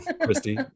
Christy